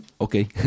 Okay